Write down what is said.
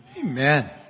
Amen